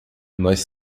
nós